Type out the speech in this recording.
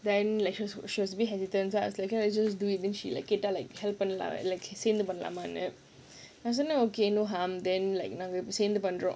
then like she wa~ she was a bit hesitant so I was like சேந்து பண்ணலாம்ணு:senthu pannalaamnu do it then she was like okay no harm then like சேந்து பண்றோம்:senthu pandrom